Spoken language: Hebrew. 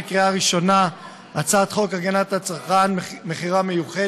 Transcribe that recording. אנחנו עוברים להצעת חוק הגנת הצרכן (תיקון מס' 54) (מכירה מיוחדת),